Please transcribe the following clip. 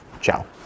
Ciao